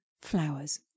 flowers